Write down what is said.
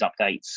updates